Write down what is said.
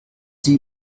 sie